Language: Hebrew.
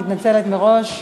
מתנצלת מראש,